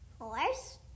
Horse